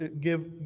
give